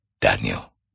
Daniel